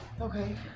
Okay